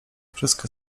wszystkie